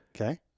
Okay